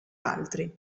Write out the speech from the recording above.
altri